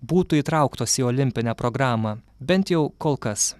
būtų įtrauktos į olimpinę programą bent jau kol kas